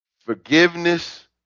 Forgiveness